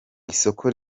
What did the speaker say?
isoko